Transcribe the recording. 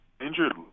injured